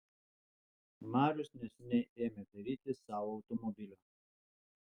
marius neseniai ėmė dairytis sau automobilio